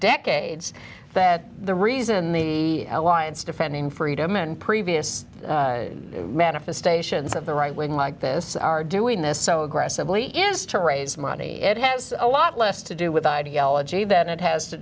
decades that the reason the alliance defending freedom and previous manifestations of the right wing like this are doing this so aggressively is to raise money it has a lot less to do with ideology than it has to